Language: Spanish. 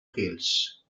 hills